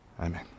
Amen